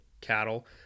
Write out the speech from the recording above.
cattle